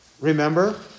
Remember